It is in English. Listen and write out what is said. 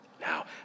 Now